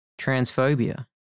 Transphobia